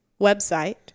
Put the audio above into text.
website